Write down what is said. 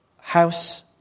house